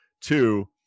Two